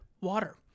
water